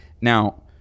Now